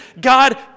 God